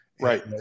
Right